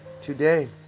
today